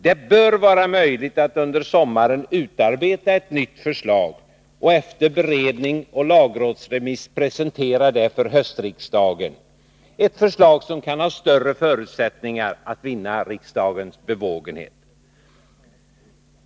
Det bör vara möjligt att under sommaren utarbeta ett nytt förslag och efter beredning och lagrådsremiss presentera det för höstriksdagen. Det kan ha större förutsättningar att vinna riksdagens bevågenhet.